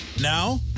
Now